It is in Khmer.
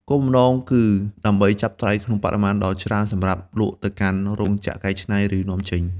គោលបំណងគឺដើម្បីចាប់ត្រីក្នុងបរិមាណដ៏ច្រើនសម្រាប់លក់ទៅកាន់ រោងចក្រកែច្នៃ ឬនាំចេញ។